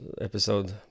episode